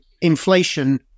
inflation